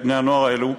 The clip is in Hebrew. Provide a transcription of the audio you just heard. את בני-הנוער האלו,